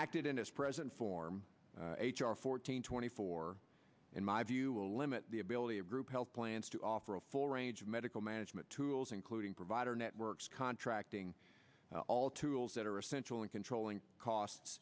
its present form h r fourteen twenty four in my view will limit the ability of group health plans to offer a full range of medical management tools including provider networks contracting all tools that are essential in controlling costs